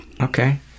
okay